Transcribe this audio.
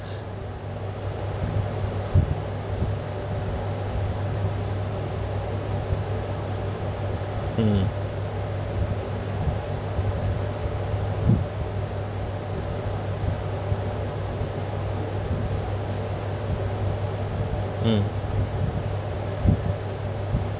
mm mm